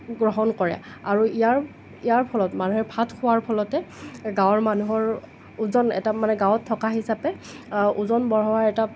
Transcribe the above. গ্ৰহণ কৰে আৰু ইয়াৰ ইয়াৰ ফলত মানুহে ভাত খোৱাৰ ফলতে গাঁৱৰ মানুহৰ ওজন এটা মানে গাঁৱত থকা হিচাপে ওজন বঢ়োৱাৰ এটা